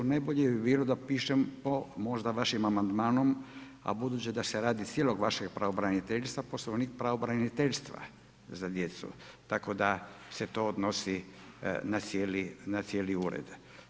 Najbolje bi bilo da pišemo možda vašim amandmanom, a budući da se radi cijelog vašeg pravobraniteljstva Poslovnik pravobraniteljstva za djeca, tako da se to odnosi na cijeli Ured.